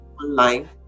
online